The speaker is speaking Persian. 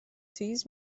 تیز